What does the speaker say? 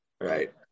Right